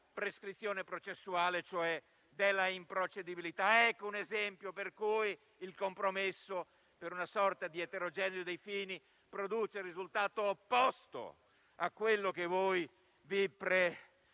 prescrizione processuale, cioè della improcedibilità. Ecco un esempio per cui il compromesso, per una sorta di eterogenesi dei fini, produce il risultato opposto a quello che voi a parole